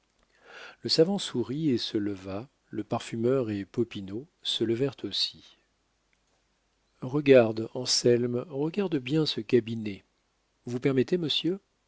le savant sourit et se leva le parfumeur et popinot se levèrent aussi regarde anselme regarde bien ce cabinet vous permettez monsieur